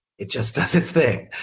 it just does its thing.